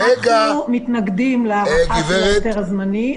אנחנו מתנגדים להארכה של היתר זמני.